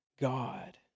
God